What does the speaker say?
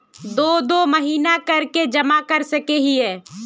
दो दो महीना कर के जमा कर सके हिये?